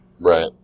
Right